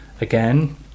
again